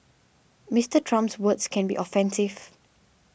Mister Trump's words can be offensive